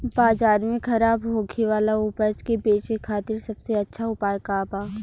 बाजार में खराब होखे वाला उपज के बेचे खातिर सबसे अच्छा उपाय का बा?